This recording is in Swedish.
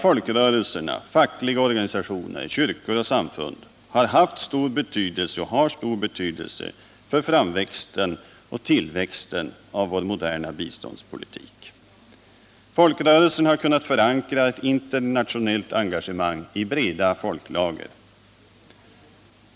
Folkrörelserna, fackliga organisationer, kyrkor och samfund har haft och har stor betydelse för framväxten och tillväxten av vår moderna biståndspolitik. De har kunnat förankra ett internationellt engagemang i breda folklager.